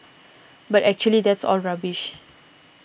but actually that's all rubbish